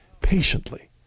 patiently